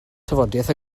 tafodiaith